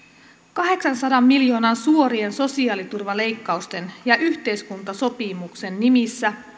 kahdeksansadan miljoonan suorien sosiaaliturvaleikkausten ja yhteiskuntasopimuksen nimissä